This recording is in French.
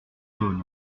jaunes